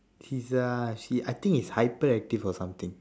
he is uh she I think he's hyperactive or something